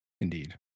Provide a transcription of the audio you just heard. Indeed